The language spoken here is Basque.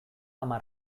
hamar